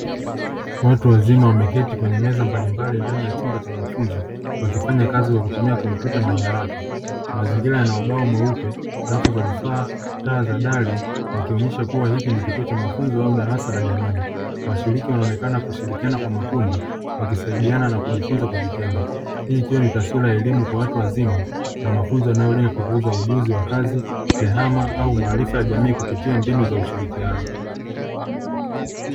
Watu wazima wakiwa wameketi kwenye meza mbalimbali ndani ya chumba cha mafunzo, wakitumia kompyuta na nyaraka. Mazingira yana ubao mweupe, rafu za vifaa, taa za dali yakioneshwa kuwa hiki ni kituo cha mafunzo au darasa la jamii. Washiriki wanaonekana wanashirikiana kwa makundi wakisaidiana na kujifunza kwa vitendo. Hii ikiwa ni twaswira ya elimu kwa watu wazima na mafunzo yanayolenga kukuza ujuzi wa kazi, tehama au maarifa ya jamii kupitia mbinu za ushirikiano.